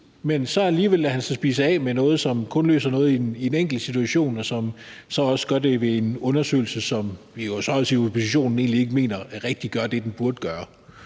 sig så alligevel spise af med noget, som kun løser noget i en enkelt situation, og som så også gør det i en undersøgelse, som vi så også i oppositionen egentlig ikke mener rigtig gør det, den burde gøre.